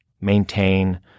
maintain